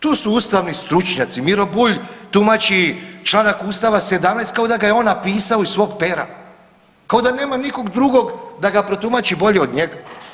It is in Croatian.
Tu su ustavni stručnjaci, Miro Bulj tumači članak ustava 17. kao da ga je on napisao iz svog pera, kao da nema nikog drugog da ga protumači bolje od njega.